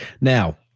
Now